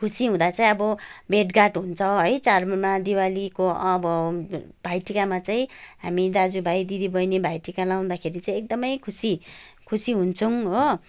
खुसी हुँदा चाहिँ अब भेटघाट हुन्छ है चाडबाडमा दिवालीको अब भाइटिकामा चाहिँ हामी दाजु भाइ दिदी बहिनी भाइटिका लाउँदाखेरि चाहिँ एकदमै खुसी खुसी हुन्छौँ हो